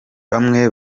bamwe